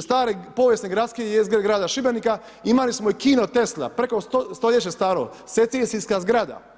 stare povijesne gradske jezgre grada Šibenika imali smo i kino Tesla preko stoljeća staro, secesijska zgrada.